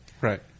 right